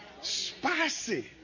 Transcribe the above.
Spicy